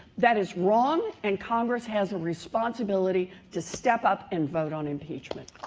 that is wrong and congress has a responsibility to step up and vote on impeachment.